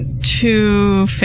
two